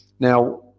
now